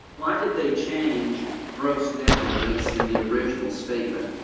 why did they change gross negligence in the original statement,